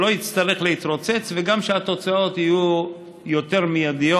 שלא יצטרך להתרוצץ וגם שהתוצאות יהיו יותר מיידיות.